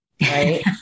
Right